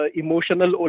emotional